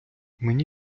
мені